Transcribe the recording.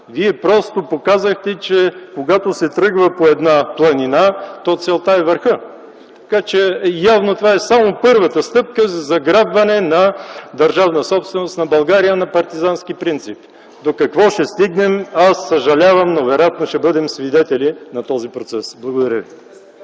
Вие просто показахте, че когато се тръгва по една планина, то целта е върхът. Явно това е първата стъпка за заграбване на държавна собственост на България на партизански принцип. До какво ще стигнем не знам и съжалявам, но вероятно ще бъдем свидетели на този процес. Благодаря ви.